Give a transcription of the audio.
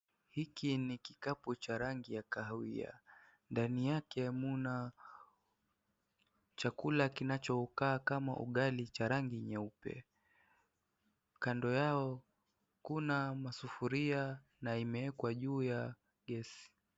Hiki ni kikapu cha rangi ya kahawia. Ndani yake, mna chakula kinachoukaa kama Ugali cha rangi nyeupe. Kando yao, kuna masufuria na imewekwa juu ya gesi.